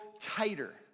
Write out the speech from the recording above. tighter